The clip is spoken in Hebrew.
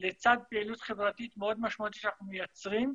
לצד פעילות חברתית מאוד משמעותית שאנחנו מייצרים.